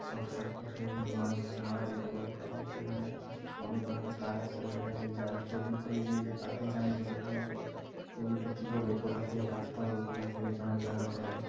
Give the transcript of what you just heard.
short circuit হয়ে কিন্তু মানুষ মারা যেতে পারে কারণ সেখানে অনেক ধরনের তার একসাথে রয়েছে যারা কেবল করে গিয়েছে তারাই জানে যে হ্যাঁ কেবলটা কীভাবে কোথা থেকে কাটতে হবে কোথা থেকে জয়েন্ট লাগাতে হবে